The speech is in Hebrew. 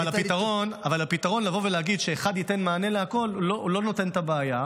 אבל לבוא ולהגיד שאחד ייתן מענה לכול לא פותר את הבעיה.